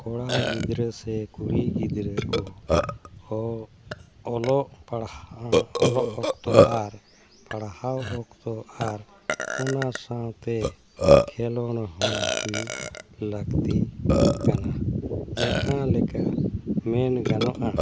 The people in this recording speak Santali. ᱠᱚᱲᱟ ᱜᱤᱫᱽᱨᱟᱹ ᱥᱮ ᱠᱩᱲᱤ ᱜᱤᱫᱽᱨᱟᱹ ᱠᱚ ᱦᱚ ᱚᱞᱚᱜ ᱯᱟᱲᱦᱟᱜ ᱚᱞᱚᱜ ᱚᱠᱛᱚ ᱟᱨ ᱯᱟᱲᱦᱟᱣ ᱚᱠᱛᱚ ᱟᱨ ᱚᱱᱟ ᱥᱟᱶᱛᱮ ᱠᱷᱮᱹᱞᱳᱰ ᱦᱚᱸ ᱦᱩᱭᱩᱜ ᱞᱟᱠᱛᱤ ᱠᱟᱱᱟ ᱡᱟᱦᱟᱸ ᱞᱮᱠᱟ ᱢᱮᱱ ᱜᱟᱱᱚᱜᱼᱟ